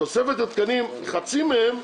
במקום 5,000 פקחים ניקח 1,000 פקחים,